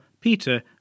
Peter